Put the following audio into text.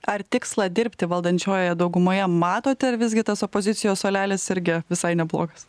ar tikslą dirbti valdančiojoje daugumoje matote ar visgi tas opozicijos suolelis irgi visai neblogas